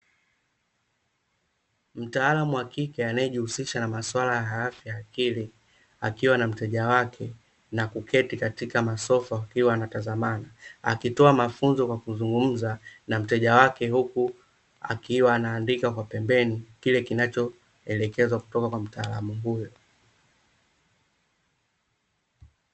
Mtaalamu wa kike anayejihusisha na masuala ya afya ya akili akiwa na mteja wake na kuketi katika masofa wakiwa wanatazamana akitoa mafunzo kwa kuzungumza na mteja wake huku akiwa anaandika kwa pembeni kile kinachoelekezwa kutoka kwa mtaalamu huyo .